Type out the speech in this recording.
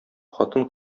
хатын